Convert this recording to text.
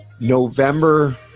November